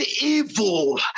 evil